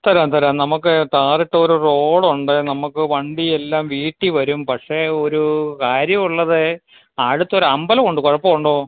തരാം തരാം നമുക്കെ ടാറിട്ട ഒരു റോഡുണ്ട് നമുക്കു വണ്ടി എല്ലാം വീട്ടിൽ വരും പക്ഷെ ഒരു കാര്യ ഉള്ളതേ അടുത്ത് ഒരമ്പലം ഉണ്ട് കുഴപ്പം ഉണ്ടോ